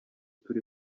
turi